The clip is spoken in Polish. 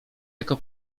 jako